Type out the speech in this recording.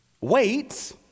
wait